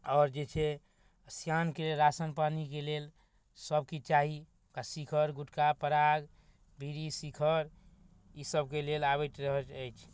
आओर जे छै सिआनके राशन पानीके लेल सबकिछु चाही आओर शिखर गुटखा पान पराग बीड़ी शिखर ईसबके लेल आबैत रहैत अछि